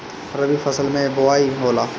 रबी फसल मे बोआई होला?